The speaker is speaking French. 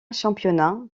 championnat